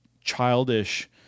childish